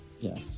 Yes